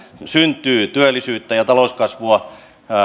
syntyy työllisyyttä ja talouskasvua